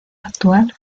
actual